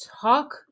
talk